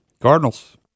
Cardinals